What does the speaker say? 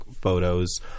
photos